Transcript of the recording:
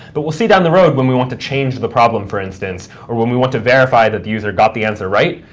but we'll see down the road when we want to change the problem, for instance, or when we want to verify that the user got the answer right,